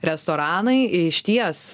restoranai išties